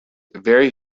very